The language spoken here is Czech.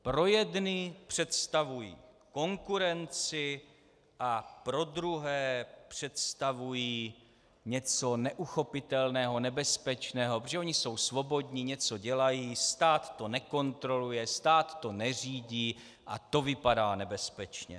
Pro jedny představují konkurenci a pro druhé představují něco neuchopitelného, nebezpečného, protože oni jsou svobodní, něco dělají, stát to nekontroluje, stát to neřídí a to vypadá nebezpečně.